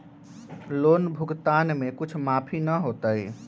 Loan भुगतान में कुछ माफी न होतई?